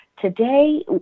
Today